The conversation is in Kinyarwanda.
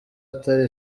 atari